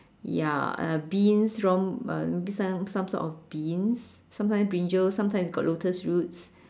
ya uh beans from uh this one some sort of beans sometime brinjal sometime if got lotus roots